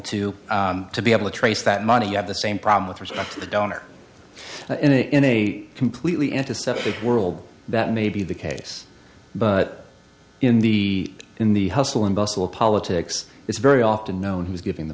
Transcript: to to be able to trace that money you have the same problem with respect to the donor in a completely antiseptic world that may be the case but in the in the hustle and bustle of politics it's very often known who's giving the